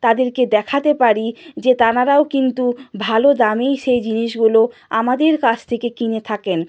তাদেরকে দেখাতে পারি যে তানারাও কিন্তু ভালো দামেই সেই জিনিসগুলো আমাদের কাছ থেকে কিনে থাকেন